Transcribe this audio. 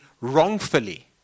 wrongfully